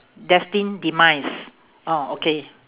destined demise oh okay